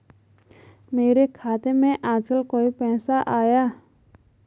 मेरे खाते में आजकल कोई पैसा आया?